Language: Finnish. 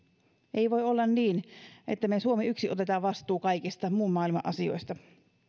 ei voi olla niin että me suomessa yksin otamme vastuun kaikista muun maailman asioista